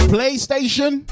PlayStation